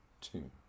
two